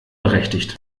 berechtigt